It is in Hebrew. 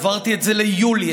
העברתי את זה ליולי,